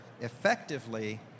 effectively